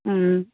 ও